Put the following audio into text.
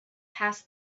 passed